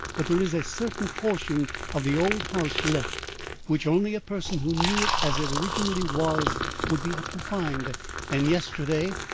but there is a certain portion of the old house left which only a person who knew it as it originally was would be apt to find and yesterday,